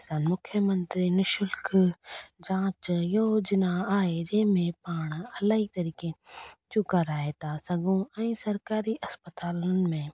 राजस्थान मुख्यमंत्री निशुल्क जांच योजिना आहे जंहिं में पाणि इलाही तरीक़े जूं कराए था सघूं ऐं सरकारी इस्पतालुनि में